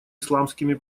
исламскими